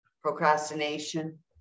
Procrastination